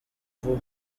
vuba